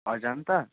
Ajanta